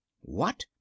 What